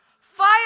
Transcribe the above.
Fire